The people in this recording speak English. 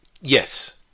Yes